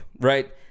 right